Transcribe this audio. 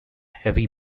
heavy